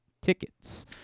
tickets